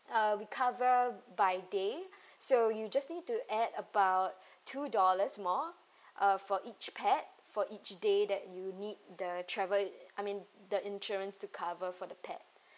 uh we cover by day so you just need to add about two dollars more uh for each pet for each day that you need the travel I mean the insurance to cover for the pet